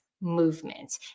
movement